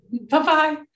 Bye-bye